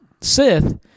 Sith